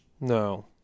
No